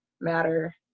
matter